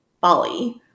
Bali